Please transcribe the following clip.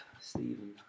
Stephen